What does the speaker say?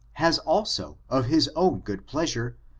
has also, of his own good pleasure,